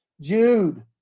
Jude